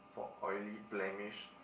for oily blemish